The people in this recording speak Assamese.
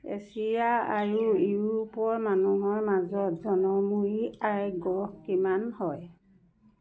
এছিয়া আৰু ইউৰোপৰ মানুহৰ মাজত জনমুৰি আয় গড় কিমান হয়